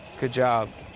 good job!